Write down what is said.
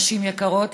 נשים יקרות,